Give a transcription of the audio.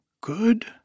good